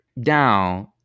down